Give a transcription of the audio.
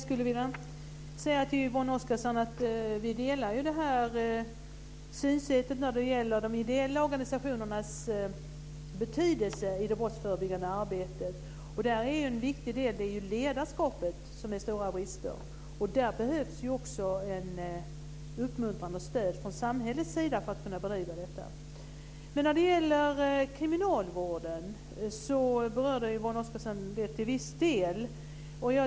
Herr talman! Vi delar synsättet när det gäller de ideella organisationernas betydelse i det brottsförebyggande arbetet, Yvonne Oscarsson. En viktig del är ledarskapet, där det finns stora brister. Det behövs också uppmuntran och stöd från samhällets sida för att kunna bedriva det arbetet. Yvonne Oscarsson berörde till viss del kriminalvården.